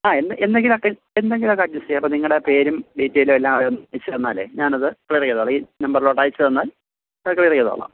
ആ എന്തെങ്കിലുമൊക്കെ എന്തെങ്കിലുമൊക്കെ അഡ്ജസ്റ്റ് ചെയ്യാം അപ്പോൾ നിങ്ങടെ പേരും ഡീറ്റെയിലും എല്ലാം ഒന്ന് അയച്ചു തന്നാലെ ഞാനത് ക്ലിയർ ചെയ്തോളാം ഈ നമ്പറിലോട്ട് അയച്ചു തന്നാൽ അത് ക്ലിയർ ചെയ്തോളാം